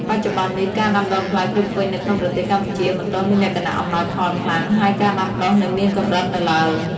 បច្ចុប្បន្ននេះ ការដាំដុះផ្លែក្រូចឃ្វិចនៅក្នុងប្រទេសកម្ពុជា មិនទាន់មានលក្ខណៈអំណោយផលខ្លាំង ហើយការដាំដុះនៅមានកម្រិតនៅឡើយ។